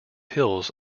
hills